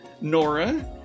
Nora